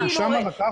אז משמה לקחת?